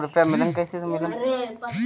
धान का पौधा कितने दिनों में तैयार होता है?